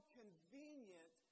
convenient